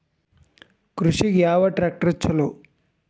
ಕೃಷಿಗ ಯಾವ ಟ್ರ್ಯಾಕ್ಟರ್ ಛಲೋ?